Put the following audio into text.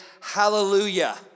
hallelujah